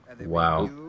Wow